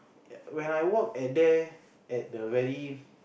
ya when I walk at there at the very